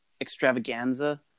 extravaganza